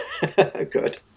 Good